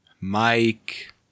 Mike